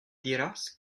diras